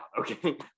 okay